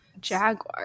Jaguar